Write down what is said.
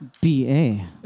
BA